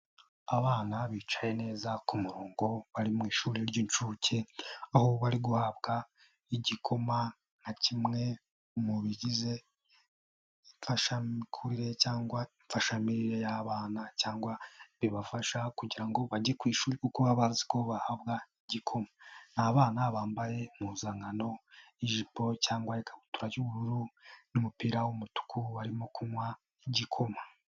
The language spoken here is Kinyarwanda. Abana bicaye neza ku murongo bari mu ishuri ry'incuke, aho bari guhabwa igikoma nka kimwe mu bigize imfashamikurire cyangwa imfashamirire y'abana cyangwa bibafasha kugira ngo bajye ku ishuri kuko bazi ko bahabwa igikoma. Ni abana bambaye impuzankano y'ijipo cyangwa ikabutura y'ubururu n'umupira w'umutuku barimo kunywa igikoma.